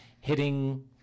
hitting